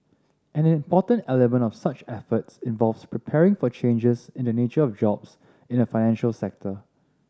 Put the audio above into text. an important element of such efforts involves preparing for changes in the nature of jobs in the financial sector